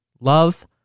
Love